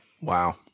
Wow